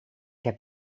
heb